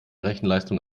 rechenleistung